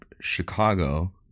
Chicago